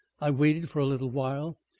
i waited for a little while.